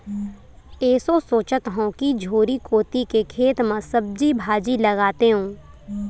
एसो सोचत हँव कि झोरी कोती के खेत म सब्जी भाजी लगातेंव